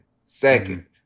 second